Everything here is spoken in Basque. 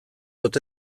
ote